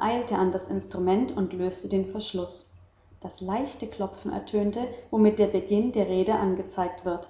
eilte an das instrument und löste den verschluß das leichte klopfen ertönte womit der beginn der rede angezeigt wird